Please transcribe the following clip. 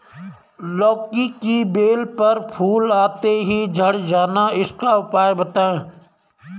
लौकी की बेल पर फूल आते ही झड़ जाना इसका उपाय बताएं?